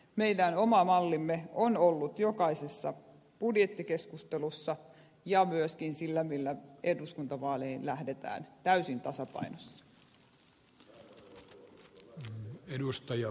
meidän oma mallimme on ollut jokaisessa budjettikeskustelussa ja se on myöskin se millä eduskuntavaaleihin lähdetään täysin tasapainossa